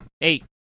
Eight